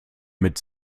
mit